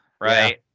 right